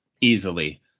easily